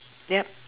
yup